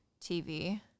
TV